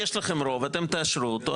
יש לכם רוב, אתם תאשרו אותו.